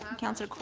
um counsellor